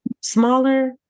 smaller